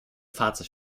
fahrzeug